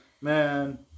Man